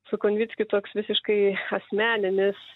su konvickiu toks visiškai asmeninis